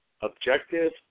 objective